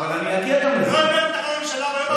אבל, איתן, גם על זה אני אענה, סמוך עליי.